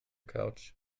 couch